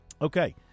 Okay